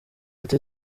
ati